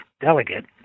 delegate